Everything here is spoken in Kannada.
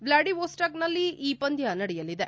ವ್ಲಾಡಿವೊಸ್ಟಾಕ್ನಲ್ಲಿ ಈ ಪಂದ್ಯ ನಡೆಯಲಿದೆ